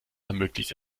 ermöglicht